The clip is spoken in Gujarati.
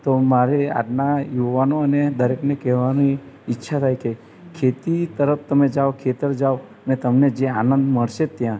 તો મારે આજના યુવાનો અને દરેકને કહેવાની ઈચ્છા થાય કે ખેતી તરફ તમે જાઓ ખેતર જાઓ અને તમને જે આનંદ મળશે ત્યાં